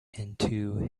into